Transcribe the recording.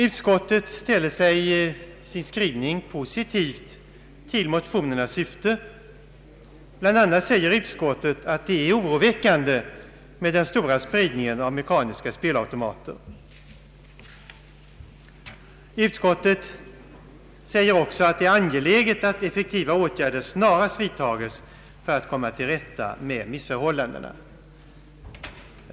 Utskottet ställer sig i sin skrivning positivt till motionernas syfte. Bland annat säger utskottet att det är oroväckande med den stora spridningen av mekaniska spelautomater. Utskottet säger också att det är angeläget att effektiva åtgärder snarast vidtas för att komma till rätta med missförhållandena.